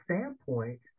standpoint